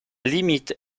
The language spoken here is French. limite